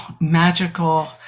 magical